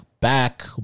back